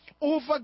over